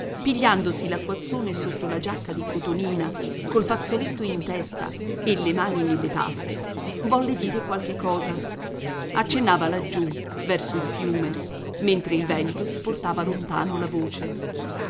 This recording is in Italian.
pigliandosi l'acquazzone sotto la giacca di cotonina col fazzoletto in testa e le mani nelle tasche volle dire qualche cosa accennava laggiù verso il fiume mentre il vento si portava lontano la voce